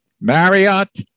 Marriott